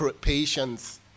Patience